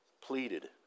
pleaded